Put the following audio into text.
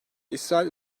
i̇srail